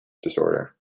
disorder